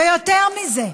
ויותר מזה,